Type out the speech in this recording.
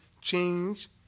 change